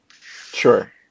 Sure